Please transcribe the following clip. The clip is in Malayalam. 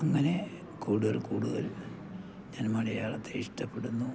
അങ്ങനെ കൂടുതൽ കൂടുതൽ ഞാൻ മലയാളത്തെ ഇഷ്ടപ്പെടുന്നു